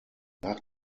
nach